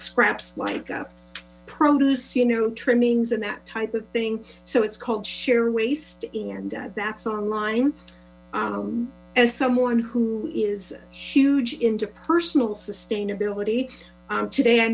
scraps like the produce you know trimmings and that type of thing so it's called sheer waste and that's online as someone who is huge into personal sustainability today i